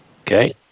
Okay